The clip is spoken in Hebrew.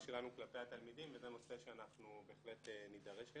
שלנו כלפי התלמידים וזה נושא שאנחנו בהחלט נידרש אליו.